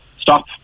stop